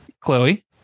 Chloe